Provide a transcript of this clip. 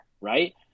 right